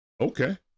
Okay